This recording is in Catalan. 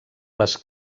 les